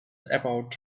about